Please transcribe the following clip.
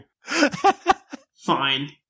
Fine